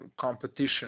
competition